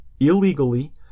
illegally